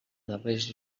darrers